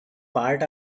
part